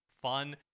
fun